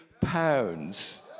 pounds